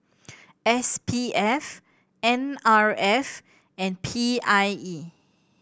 S P F N R F and P I E